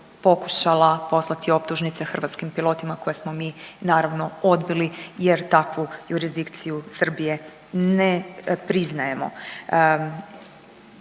pokušala poslati optužnice hrvatskim pilotima koje smo mi naravno odbili jer takvu jurisdikciju Srbije ne priznajemo.